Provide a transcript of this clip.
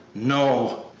no!